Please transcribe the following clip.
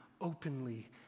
openly